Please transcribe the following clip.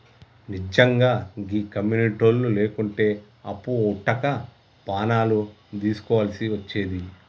నిజ్జంగా గీ కమ్యునిటోళ్లు లేకుంటే అప్పు వుట్టక పానాలు దీస్కోవల్సి వచ్చేది